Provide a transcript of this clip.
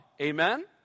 Amen